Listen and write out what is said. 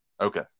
Okay